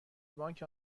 بانک